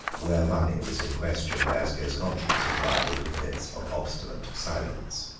where money was in question vasco's conscience was liable to fits of obstinate silence.